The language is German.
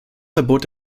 verbot